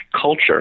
culture